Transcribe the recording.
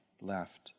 left